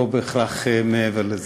לא בהכרח מעבר לזה.